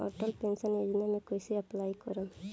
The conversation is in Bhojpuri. अटल पेंशन योजना मे कैसे अप्लाई करेम?